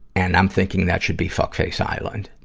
and i'm thinking that should be fuckface island.